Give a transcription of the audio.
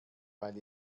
weil